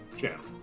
Channel